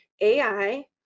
AI